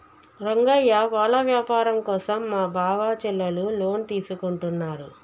రంగయ్య పాల వ్యాపారం కోసం మా బావ చెల్లెలు లోన్ తీసుకుంటున్నారు